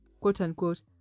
quote-unquote